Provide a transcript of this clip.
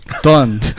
done